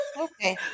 Okay